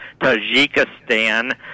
Tajikistan